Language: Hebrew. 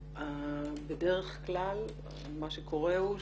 בדרך כלל מה שקורה הוא,